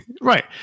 right